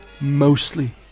mostly